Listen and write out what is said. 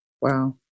Wow